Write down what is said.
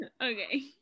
Okay